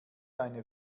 eine